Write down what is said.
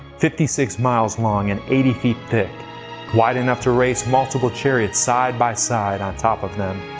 fifty six miles long, and eighty feet thick wide enough to race multiple chariots side by side on top of them.